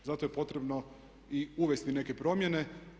Zato je potrebno i uvesti neke promjene.